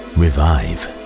revive